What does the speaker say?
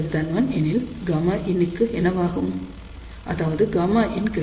|ΓS|1 எனில் |Γin| ற்கு என்னவாகும் அதாவது |Γin|1